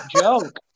joke